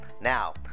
Now